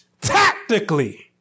tactically